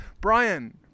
Brian